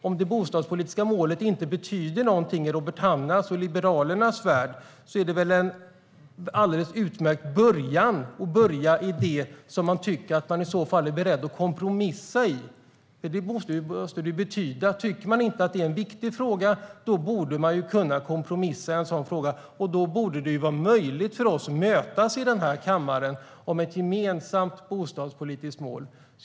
Om det bostadspolitiska målet inte betyder någonting i Robert Hannahs och Liberalernas värld är det väl en alldeles utmärkt början för att se vad man i så fall är beredd att kompromissa om. Tycker man inte att det är en viktig fråga borde man kunna kompromissa. Då borde det vara möjligt för oss att mötas i den här kammaren för att få fram ett gemensamt bostadspolitiskt mål.